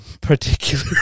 particular